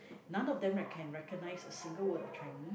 none of them I can recognise a single word of Chinese